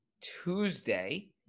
Tuesday